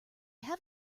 have